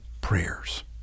prayers